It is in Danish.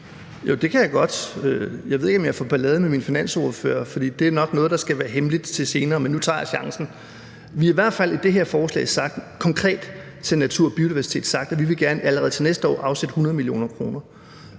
Jo, det kan jeg godt. Jeg ved ikke, om jeg får ballade med min finansordfører, for det er nok noget, der skal være hemmeligt til senere, men nu tager jeg chancen. Vi har i hvert fald i det her forslag sagt konkret i forhold til natur- og biodiversitet, at vi gerne allerede til næste år vil afsætte 100 mio. kr.